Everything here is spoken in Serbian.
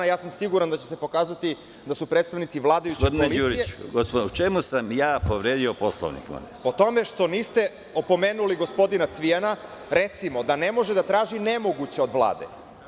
Ja sam siguran da će se pokazati da su predstavnici vladajuće koalicije… (Predsedavajući: Gospodine Đuriću, po čemu sam ja povredio Poslovnik?) Po tome što niste opomenuli gospodina Cvijana, recimo da ne može da traži nemoguće od Vlade.